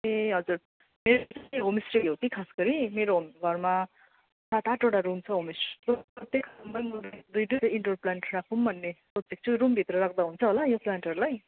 ए हजुर मेरो चाहिँ होमस्टे हो कि खास गरी मेरो घरमा सात आठवटा रुम छ होमस्टे प्रत्येक रुममा दुई दुईवटा इन्डोर प्लान्ट राखौँ भन्ने सोचेको छु रुमभित्र राख्दा हुन्छ होला यो प्लान्टहरूलाई